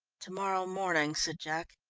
to-morrow morning, said jack.